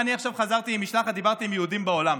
חזרתי עכשיו עם משלחת, דיברתי עם יהודים בעולם.